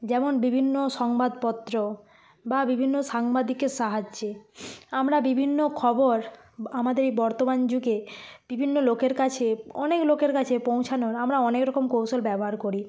যেমন বিভিন্ন সংবাদপত্র বা বিভিন্ন সাংবাদিকের সাহায্যে আমরা বিভিন্ন খবর আমাদের এই বর্তমান যুগে বিভিন্ন লোকের কাছে অনেক লোকের কাছে পৌঁছানোর আমরা অনেক রকম কৌশল ব্যবহার করি